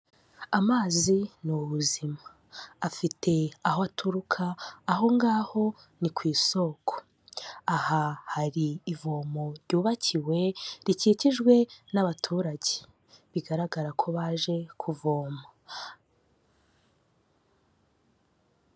Amazi ni ubuzima, afite aho aturuka aho ngaho ni ku isoko, aha hari ivomo ryubakiwe rikikijwe n'abaturage, bigaragara ko baje kuvoma.